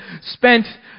spent